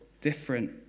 different